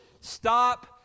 Stop